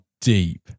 deep